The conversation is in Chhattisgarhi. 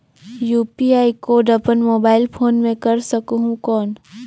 यू.पी.आई कोड अपन मोबाईल फोन मे कर सकहुं कौन?